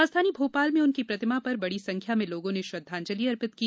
राजधानी भोपाल में उनकी प्रतिमा पर बड़ी संख्या में लोगों ने श्रद्धांजलि अर्पित की